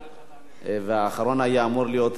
והאחרון היה אמור להיות נסים זאב,